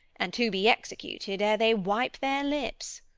and to be executed ere they wipe their lips.